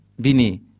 bini